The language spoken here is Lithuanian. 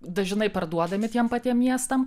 dažnai parduodami tiem patiem miestam